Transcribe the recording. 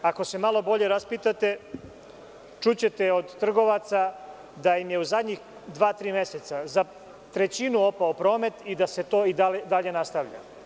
Ako se malo bolje raspitate, čućete od trgovaca da im je u zadnjih dva ili tri meseca, za jednu trećinu opao promet i da se to i dalje nastavlja.